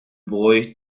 boy